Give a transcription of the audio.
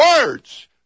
words